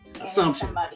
assumption